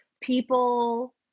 people